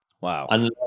Wow